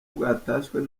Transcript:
bwatashywe